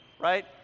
right